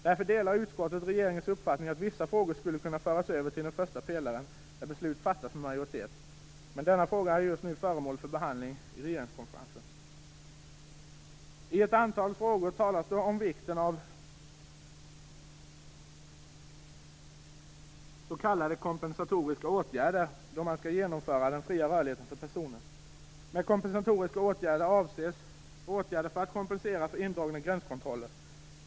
Därför delar utskottet regeringens uppfattning att vissa frågor skulle kunna föras över till den första pelaren, där beslut fattas med majoritet. Denna fråga är just nu föremål för behandling i regeringskonferensen. I ett antal motioner talas det om vikten av s.k. kompensatoriska åtgärder vid genomförandet av den fria rörligheten för personer. Med kompensatoriska åtgärder avses åtgärder för att kompensera för indragna gränskontroller.